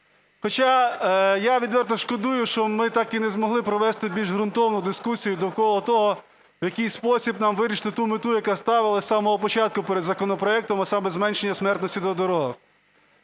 Хоча я відверто шкодую, що ми так і не змогли провести більш ґрунтовну дискусію довкола того, у який спосіб нам вирішити ту мету, яка ставилась з самого початку перед законопроектом, а саме – зменшення смертності на дорогах.